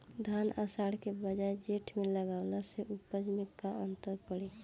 धान आषाढ़ के बजाय जेठ में लगावले से उपज में का अन्तर पड़ी?